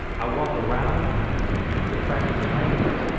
i walk around and to practice the languages.